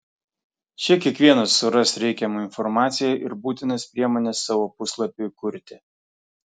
čia kiekvienas suras reikiamą informaciją ir būtinas priemones savo puslapiui kurti